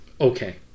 okay